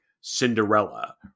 cinderella